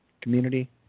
community